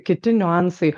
kiti niuansai